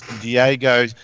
Diego